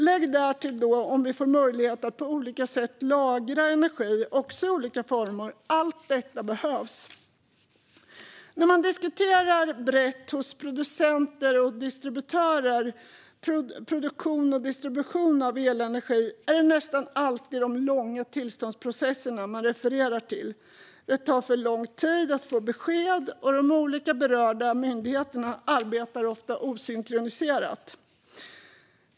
Lägg därtill möjligheten, om vi får den, att på olika sätt lagra energi, också i olika former. Allt detta behövs. När producenter och distributörer brett diskuterar produktion och distribution av elenergi är det nästan alltid de långa tillståndsprocesserna man refererar till. Det tar för lång tid att få besked, och de olika berörda myndigheterna arbetar ofta osynkroniserat.